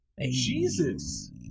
Jesus